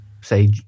say